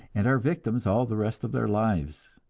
and are victims all the rest of their lives.